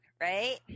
right